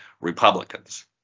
Republicans